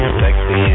sexy